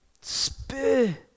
spur